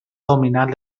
dominat